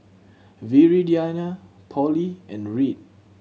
Viridiana Polly and Reid